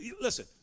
listen